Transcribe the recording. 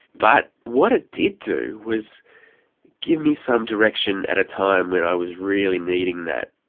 but what it did do was give me some direction at a time when i was really needing that.